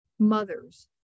mothers